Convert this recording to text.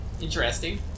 Interesting